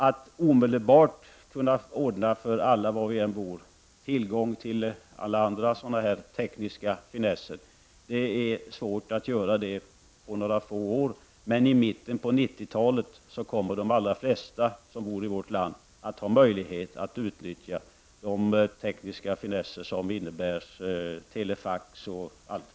Att omedelbart göra det möjligt för alla var man än bor att få tillgång till övriga tekniska finesser är svårt, men i mitten av 90-talet kommer de allra flesta i vårt land att kunna utnyttja sådana tekniska finesser som bl.a. telefax. Herr talman!